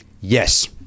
Yes